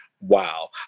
Wow